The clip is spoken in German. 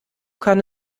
kann